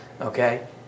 okay